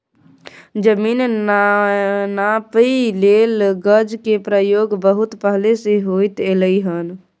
जमीन नापइ लेल गज के प्रयोग बहुत पहले से होइत एलै हन